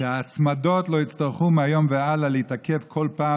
שההצמדות לא יצטרכו מהיום והלאה להתעכב כל פעם